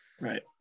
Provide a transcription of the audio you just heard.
Right